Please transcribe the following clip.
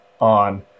on